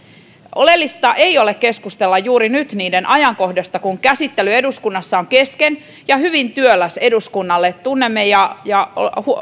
oleellista ei ole keskustella juuri nyt niiden ajankohdasta kun käsittely eduskunnassa on kesken ja hyvin työläs eduskunnalle tunnemme ja ja